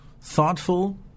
thoughtful